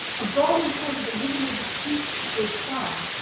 a gaudy sort of illuminated pasteboard sign,